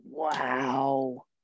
wow